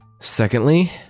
Secondly